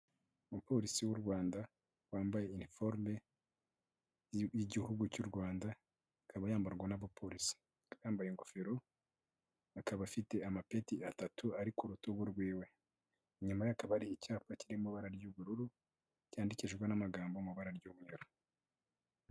Umupolisi w'u Rwanda wambaye iniforbe y'igihugu cy'u rwanda ikaba yambarwa n'abapolisi, yambaye ingofero akaba afite amapeti atatu ari ku rutugu rwe, inyuma ye hakaba hari icyapa kiri mu ibara ry'ubururu cyandikishwa n'amagambo mu ibara ry'uburu.